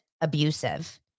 abusive